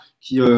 qui